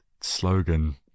slogan